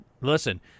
listen